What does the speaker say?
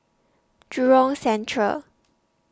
Jurong Central